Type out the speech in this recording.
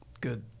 good